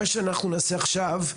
מה שאנחנו נעשה עכשיו,